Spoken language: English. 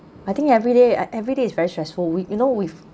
I think everyday uh everyday is very stressful we you know we've